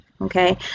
Okay